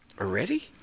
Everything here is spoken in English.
Already